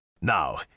Now